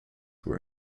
were